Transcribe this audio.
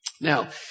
Now